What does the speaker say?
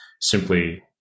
simply